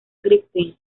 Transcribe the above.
griffith